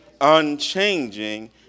unchanging